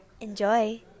Enjoy